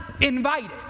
invited